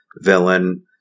villain